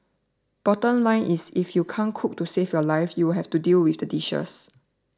bottom line is if you can't cook to save your life you'll have to deal with the dishes